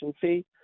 fee